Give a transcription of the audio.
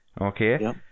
Okay